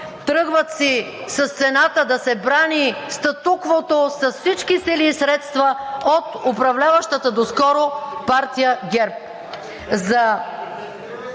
тръгват си с цената да се брани статуквото с всички сили и средства от управляващата доскоро партия ГЕРБ.